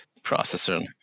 Processor